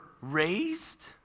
raised